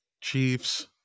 Chiefs